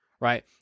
right